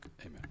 Amen